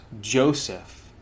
Joseph